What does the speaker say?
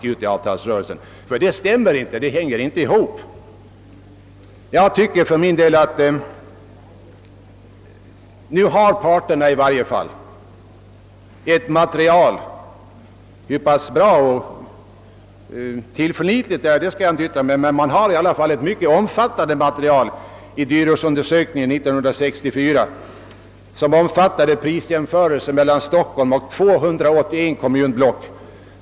Nu har parterna i varje fall ett mycket omfattande material — hur tillförlitligt det är kan jag inte yttra mig om — 1 »Dyrortsundersökningen 1964», som omfattade prisjämförelser mellan Stockholm och 281 kommunblock.